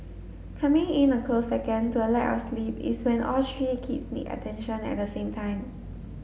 coming in a close second to lack of sleep is when all three kids need attention at the same time